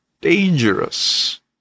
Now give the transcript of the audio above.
dangerous